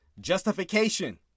Justification